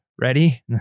ready